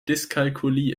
dyskalkulie